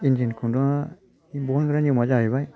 इन्दिनि खुन्दुङा बहनग्रा नियमा जाहैबाय